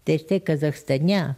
tai ir tai kazachstane